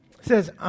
says